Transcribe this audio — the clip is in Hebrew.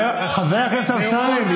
חבר הכנסת אמסלם.